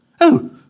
Oh